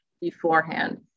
beforehand